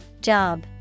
Job